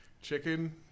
chicken